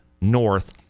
north